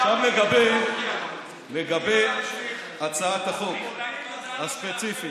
עכשיו לגבי הצעת החוק הספציפית.